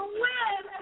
win